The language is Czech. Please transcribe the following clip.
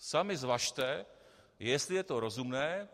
Sami zvažte, jestli je to rozumné.